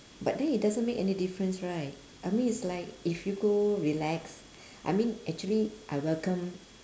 but then it doesn't make any difference right I mean it's like if you go relax I mean actually I welcome